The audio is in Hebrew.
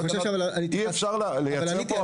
אי-אפשר לייצר פה אפליה.